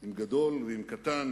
עם גדול ועם קטן,